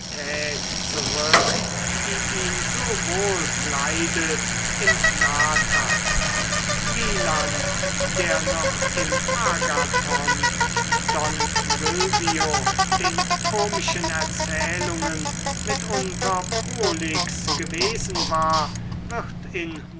zurück die ihn so wohl kleidet im nathan wieland der noch im agathon don sylvio den komischen erzählungen mitunter prolix gewesen war wird in